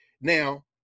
Now